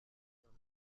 dans